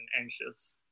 anxious